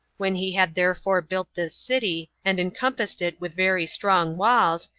when he had therefore built this city, and encompassed it with very strong walls,